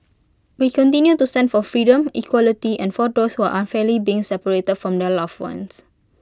we continue to stand for freedom equality and for those who are unfairly being separated from their loved ones